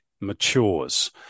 matures